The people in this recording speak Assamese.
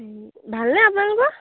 ভালনে আপোনালোকৰ